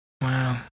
Wow